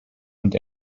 und